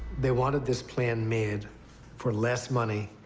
they wanted this plane made for less money.